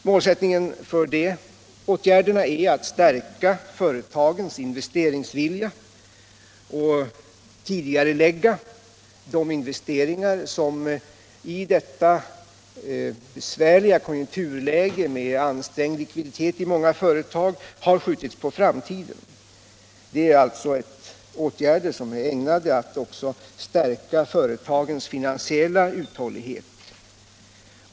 Målsättningen för dessa åtgärder är att stärka företagens investeringsvilja och tidigarelägga de investeringar som i detta besvärliga konjunkturläge, med ansträngd likviditet i många företag, har skjutits på framtiden. Det är alltså åtgärder som är ägnade att också stärka företagens finansiella uthållighet.